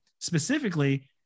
specifically